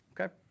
Okay